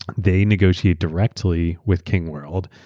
they negotiate directly with king world.